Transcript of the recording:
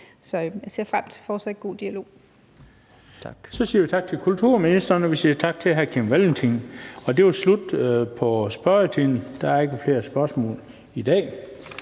17:11 Den fg. formand (Bent Bøgsted): Så siger vi tak til kulturministeren, og vi siger tak til hr. Kim Valentin. Det var slut på spørgetiden. Der er ikke flere spørgsmål i dag